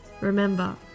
Remember